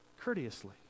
courteously